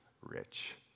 rich